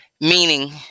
Meaning